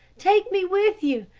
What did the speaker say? take me with you,